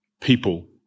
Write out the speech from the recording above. people